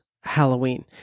Halloween